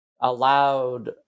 allowed